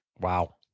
Wow